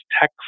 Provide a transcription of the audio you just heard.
tech